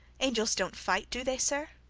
angels don't fight do they, sir?